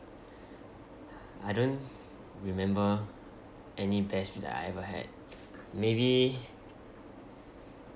I don't remember any best meal that I ever had maybe